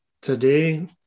Today